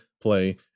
play